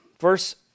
verse